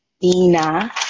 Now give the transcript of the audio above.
Dina